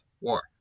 War